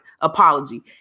apology